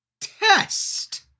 Test